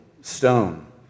stone